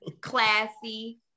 classy